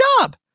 job